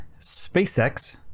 spacex